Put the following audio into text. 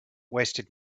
wasted